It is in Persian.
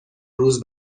روز